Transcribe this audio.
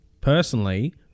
personally